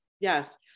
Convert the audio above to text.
Yes